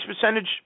percentage